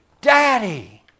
Daddy